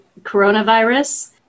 coronavirus